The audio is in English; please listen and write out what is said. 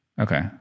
okay